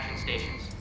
stations